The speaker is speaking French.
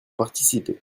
participer